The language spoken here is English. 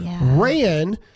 ran